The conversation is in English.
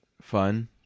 fun